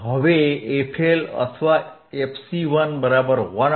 હવે fL અથવા fC1 12πR1C2